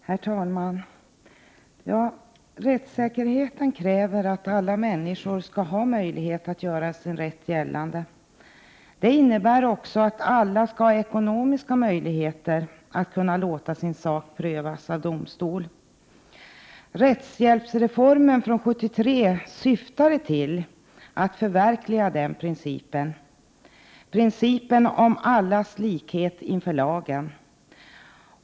Herr talman! Rättssäkerheten kräver att alla människor har möjlighet att göra sin rätt gällande. Det innebär också att alla skall ha ekonomiska möjligheter att få sin sak prövad av domstol. Rättshjälpsreformen från 1973 syftade till att förverkliga principen om allas likhet inför lagen.